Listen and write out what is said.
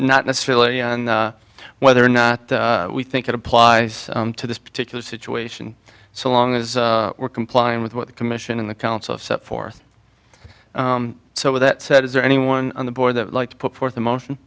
not necessarily whether or not we think it applies to this particular situation so long as we're complying with what the commission and the council of set forth so with that said is there anyone on the board that like to put forth a motion